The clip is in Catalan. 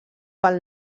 pel